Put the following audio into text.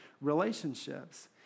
relationships